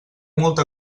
molta